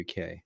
UK